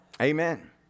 Amen